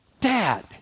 dad